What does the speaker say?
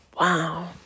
Wow